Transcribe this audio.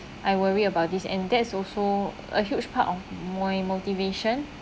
I worry about this and that's also a huge part of my motivation